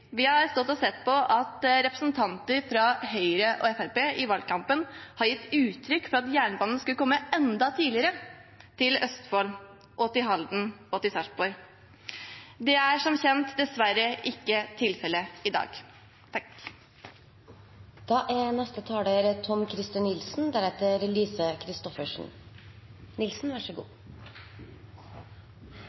har stått og sett på at representanter fra Høyre og Fremskrittspartiet i valgkampen har gitt uttrykk for at jernbanen skulle komme enda tidligere til Østfold og til Halden og Sarpsborg. Det er som kjent dessverre ikke tilfellet i dag.